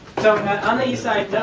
so on the east side,